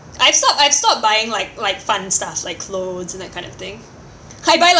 I stop I stop buying like like fun stuff like clothes and that kind of thing I buy like